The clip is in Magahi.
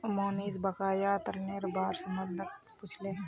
मोहनीश बकाया ऋनेर बार प्रबंधक पूछले